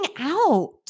out